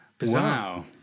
Wow